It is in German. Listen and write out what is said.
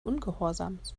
ungehorsams